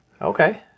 Okay